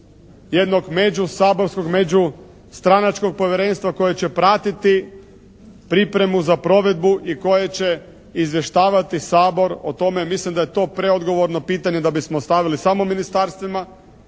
jednog međusaborskog, međustranačkog povjerenstva koje će pratiti pripremu za provedbu i koje će izvještavati Sabor o tome, mislim da je to preodgovorno pitanje da bismo stavili samo ministarstvima